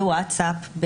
בוואטסאפ,